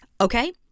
Okay